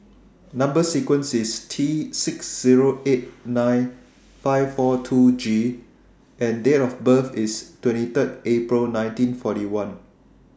Number sequence IS T six Zero eight nine five four two G and Date of birth IS twenty three April nineteen forty one